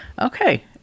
Okay